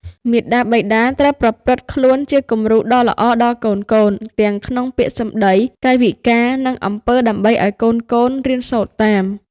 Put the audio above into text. មាតាបិតាត្រូវប្រព្រឹត្តខ្លួនជាគំរូដ៏ល្អដល់កូនៗ ទាំងក្នុងពាក្យសម្ដី កាយវិការ និងអំពើ ដើម្បីឲ្យកូនៗរៀនសូត្រតាម។